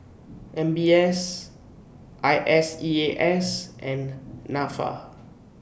M B S I S E A S and Nafa